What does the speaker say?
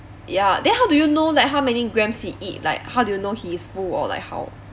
ya then how do you know like how many grams he eat like how do you know he is full or like how